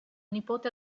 nipote